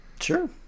Sure